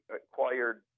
acquired